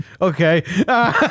Okay